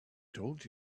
told